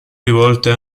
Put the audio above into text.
rivolte